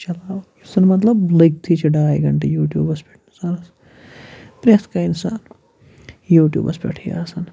چَلاوان یُس زَن مطلب لٔگۍ تھٕے چھِ ڈاے گنٹہٕ یوٗٹیوٗبَس پٮ۪ٹھ اِنسانَس پرٛٮ۪تھ کانٛہہ اِنسان یوٗٹیوٗبَس پٮ۪ٹھٕے آسان